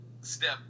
step